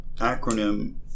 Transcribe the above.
acronym